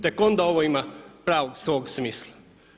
Tek onda ovo ima pravog svog smisla.